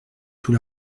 tout